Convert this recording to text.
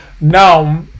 now